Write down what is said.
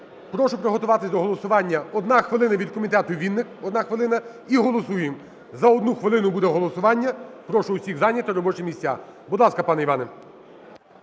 Прошу приготуватись до голосування. 1 хвилина від комітету – Вінник, 1 хвилина. І голосуємо. За 1 хвилину буде голосування. Прошу всіх зайняти робочі місця. Будь ласка, пане Іване.